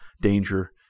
danger